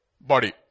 body